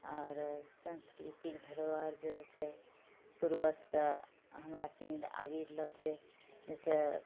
आओर सांस्कृतिक धरोहर जे छै पूर्वजसँ हमरा सनिके आबि रहलो छै जैसे